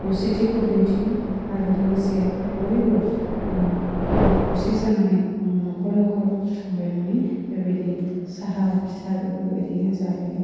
खौसेथिखौ दिन्थियो आरो लोगोसे बयबो म खौसे जानानै ओम नखर नखर बिदि थांलायनानै बेबायदि साहा फिथा बेफोर बायदिनो जालाइयो